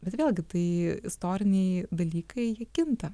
bet vėlgi tai istoriniai dalykai jie kinta